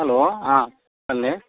hello ಹಾಂ ಬನ್ನಿ